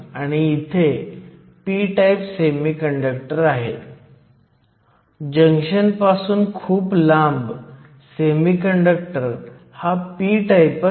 म्हणून जर तुम्ही सामग्री बदलली आणि तापमान देखील समान असताना सामान्यत खोलीचे तापमान समान असताना तुम्ही डोपंटचे प्रमाण समान ठेवल्यास